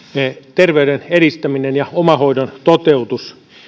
terveyden edistäminen ja omahoidon toteutus